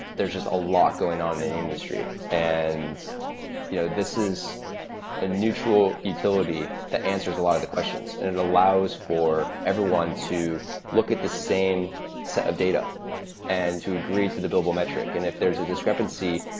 there's just a lot going on in the industry. and you know this is a neutral utility that answers a lot of the questions, and it allows for everyone to look at the same set of data and to agree to the billable metric. and if there's a discrepancy,